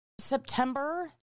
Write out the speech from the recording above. September